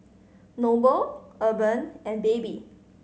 Noble Urban and Baby